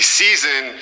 season